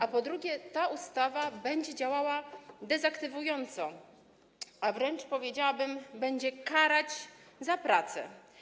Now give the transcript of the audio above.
A po drugie, ta ustawa będzie działała dezaktywująco, a wręcz powiedziałabym, że będzie karać za pracę.